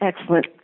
excellent